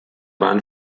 waren